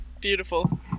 Beautiful